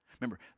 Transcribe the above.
Remember